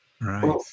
Right